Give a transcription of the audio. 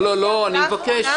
לא, לא, אני מבקש.